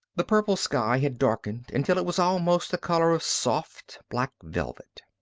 the purple sky had darkened until it was almost the color of soft, black velvet.